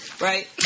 right